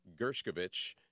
Gershkovich